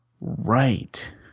Right